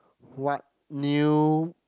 what new